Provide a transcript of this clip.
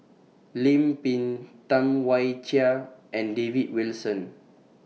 Lim Pin Tam Wai Jia and David Wilson